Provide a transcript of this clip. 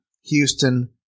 Houston